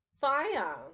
Fire